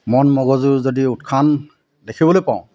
মন মগজুৰ যদি উত্থান দেখিবলৈ পাওঁ